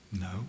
No